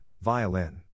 Violin